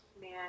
man